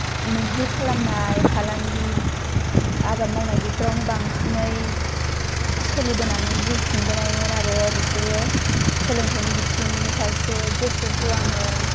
मैहुर खालामनाय फालांगि आबाद मावनाय बेफोरावनो बांसिनै सोलिबोनानै जिउ खुंबोनायमोन आरो बिसोरो सोलोंथाइनि बिथिंनि फारसे गोसो होआमोन